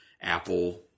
Apple